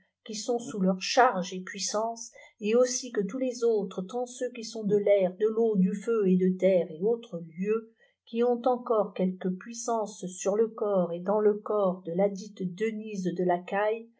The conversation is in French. qui sont sous leurs charges et puissances et aussi que tous les autres tant ceux qui sont de l'air de teau du féu et de terre et autres lieux qui ont encore quelque puissance sur le corps et dans le corps de ladite denyse de lacaille